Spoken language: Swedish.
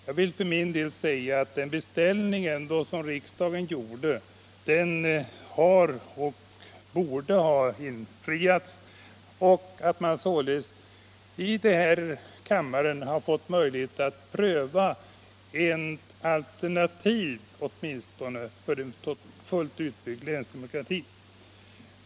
Jag vill för min del säga att den beställning som riksdagen gjorde borde ha infriats så att vi här i kammaren åtminstone hade fått möjlighet att pröva ett alternativ avseende fullt utbyggd länsdemokrati.